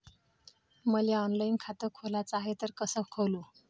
मले ऑनलाईन खातं खोलाचं हाय तर कस खोलू?